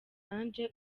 ange